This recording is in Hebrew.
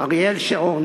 אריאל שרון